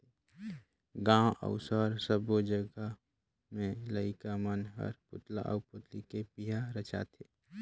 गांव अउ सहर सब्बो जघा में लईका मन हर पुतला आउ पुतली के बिहा रचाथे